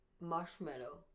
Marshmallow